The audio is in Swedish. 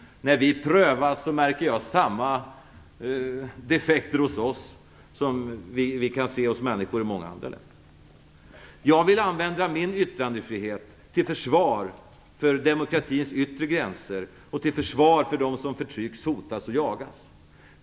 När vi prövas märker jag hos oss av samma defekter som vi kan se hos människor i många andra länder. Jag vill använda min yttrandefrihet till försvar för demokratins yttre gränser och till försvar för dem som förtrycks, hotas och jagas.